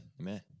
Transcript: Amen